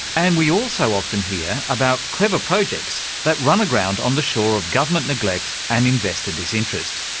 and we also often hear about clever projects that run aground on the shore of government neglect and investor disinterest.